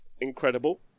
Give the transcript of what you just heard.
incredible